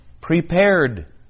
prepared